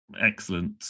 excellent